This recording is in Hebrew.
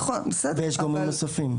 ואפשר לעשות ברוח ההוראה הזו.